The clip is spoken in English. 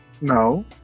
No